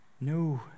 No